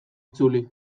itzuli